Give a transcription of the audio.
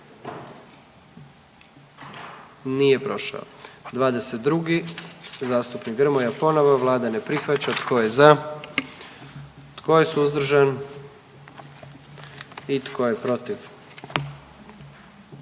44. Kluba zastupnika SDP-a, vlada ne prihvaća. Tko je za? Tko je suzdržan? Tko je protiv?